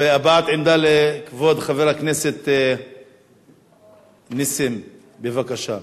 והבעת עמדה לכבוד חבר הכנסת נסים, בבקשה.